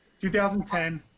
2010